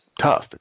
tough